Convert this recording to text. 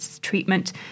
treatment